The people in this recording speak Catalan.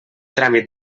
tràmit